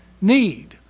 need